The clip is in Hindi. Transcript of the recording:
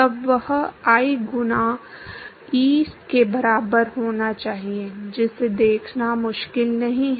तब वह I गुना E के बराबर होना चाहिए जिसे देखना मुश्किल नहीं है